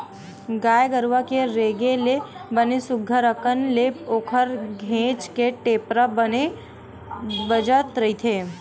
गाय गरुवा के रेगे ले बने सुग्घर अंकन ले ओखर घेंच के टेपरा बने बजत रहिथे